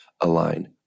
Align